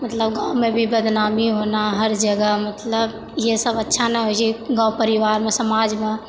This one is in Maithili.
मतलब गाॅंव मे भी बदनामी होना हर जगह मतलब ये सबह अच्छा नहि होइ छै गाॅंव परिवार मे सामाज मे